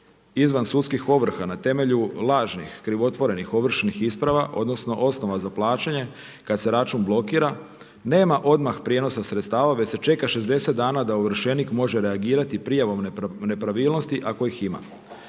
izvan sudskih ovrha na temelju lažnih, krivotvorenih, ovršnih isprava odnosno osnova za plaćanje kada se račun blokira, nema odmah prijenosa sredstava već se čeka 60 dana da ovršenih može reagirati prijavom nepravilnosti ako ih ima.